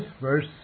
verse